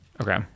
Okay